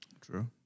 True